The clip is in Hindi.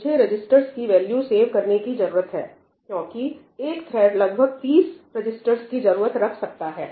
मुझे रजिस्टर्स की वैल्यू सेव करने की जरूरत है क्योंकि एक थ्रेड लगभग 30 रजिस्टर की जरूरत रख सकता है